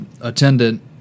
attendant